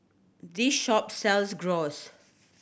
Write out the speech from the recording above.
this shop sells Gyros